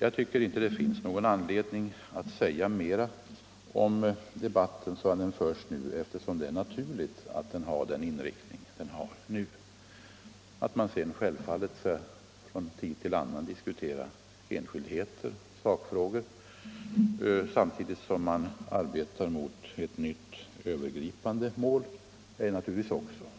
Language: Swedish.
Jag tycker inte det finns anledning att säga mer om debatten sådan den nu förs, eftersom det är naturligt att den har denna inriktning. Att man från tid till annan diskuterar enskildheter och sakfrågor samtidigt som man arbetar mot ett nytt övergripande mål är